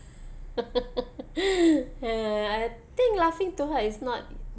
and I think laughing too hard is not